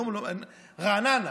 רעננה